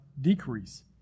decrease